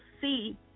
see